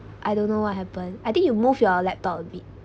I don't know what happen I think you move your laptop a bit